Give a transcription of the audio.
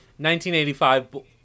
1985